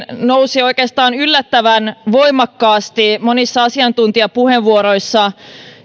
nousi oikeastaan yllättävän voimakkaasti monissa asiantuntijapuheenvuoroissa